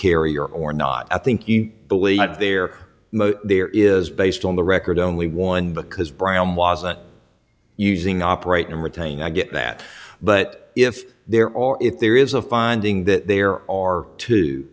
carrier or not i think he believes they are there is based on the record only one because brown wasn't using operate and retain i get that but if there or if there is a finding that there are t